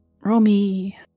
Romy